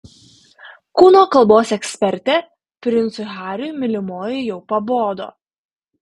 kūno kalbos ekspertė princui hariui mylimoji jau pabodo